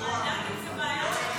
את טועה, לא רגיש בכלל.